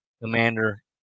Commander